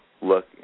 look